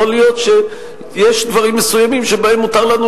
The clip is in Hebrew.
יכול להיות שיש דברים מסוימים שבהם מותר לנו